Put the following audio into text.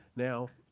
now,